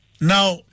now